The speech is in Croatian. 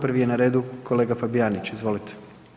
Prvi je na redu kolega Fabijanić, izvolite.